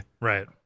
Right